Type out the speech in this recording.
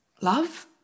love